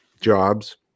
jobs